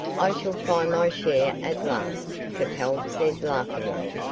i shall find my share at last, capel said, laughingly.